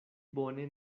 bone